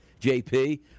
JP